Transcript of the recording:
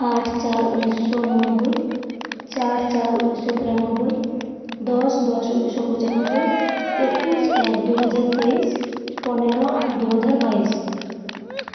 ᱟᱴ ᱪᱟᱨ ᱩᱱᱤᱥᱚ ᱩᱱᱚᱱᱚᱵᱵᱚᱭ ᱪᱟᱨ ᱪᱟᱨ ᱩᱱᱤᱥᱚ ᱛᱮᱨᱟᱱᱚᱵᱵᱚᱭ ᱫᱚᱥ ᱫᱚᱥ ᱩᱱᱤᱥᱚ ᱯᱚᱪᱟᱱᱚᱵᱵᱚᱭ ᱮᱠᱩᱥ ᱮᱠ ᱫᱩᱭ ᱦᱟᱡᱟᱨ ᱛᱮᱭᱤ ᱥ ᱯᱚᱱᱮᱨᱚ ᱟᱴ ᱫᱩᱭ ᱦᱟᱡᱟᱨ ᱵᱟᱭᱤᱥ